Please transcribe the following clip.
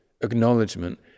acknowledgement